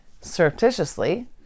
surreptitiously